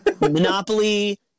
Monopoly